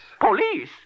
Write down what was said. Police